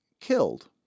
killed